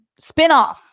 spinoff